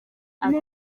ati